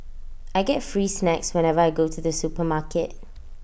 I get free snacks whenever I go to the supermarket